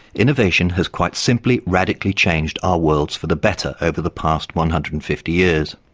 innovation has quite simply radically changed our worlds for the better over the past one hundred and fifty years.